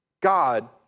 God